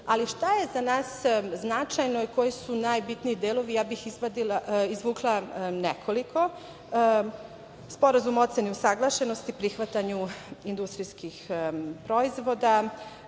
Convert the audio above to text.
agendu. Šta je za nas značajno i koji su najbitniji delovi? Izvukla bih nekoliko. Sporazum ocene usaglašenosti o prihvatanju industrijskih proizvoda,